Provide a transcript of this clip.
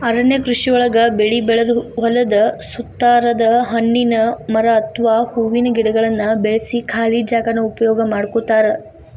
ಅರಣ್ಯ ಕೃಷಿಯೊಳಗ ಬೆಳಿ ಬೆಳದ ಹೊಲದ ಸುತ್ತಾರದ ಹಣ್ಣಿನ ಮರ ಅತ್ವಾ ಹೂವಿನ ಗಿಡಗಳನ್ನ ಬೆಳ್ಸಿ ಖಾಲಿ ಜಾಗಾನ ಉಪಯೋಗ ಮಾಡ್ಕೋತಾರ